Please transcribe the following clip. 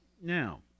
Now